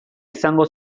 izango